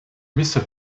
mister